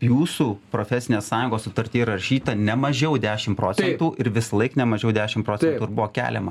jūsų profesinės sąjungos sutartyje įrašyta ne mažiau dešimt procentų ir visąlaik nemažiau dešimt procentų buvo keliama